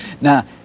Now